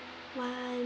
one